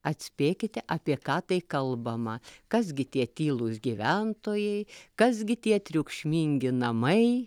atspėkite apie ką tai kalbama kas gi tie tylūs gyventojai kas gi tie triukšmingi namai